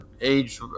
age